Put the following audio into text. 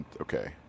okay